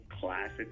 classic